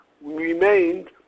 remained